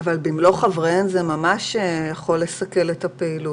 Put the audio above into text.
"במלוא חבריהם" זה ממש יכול לסכל את הפעילות.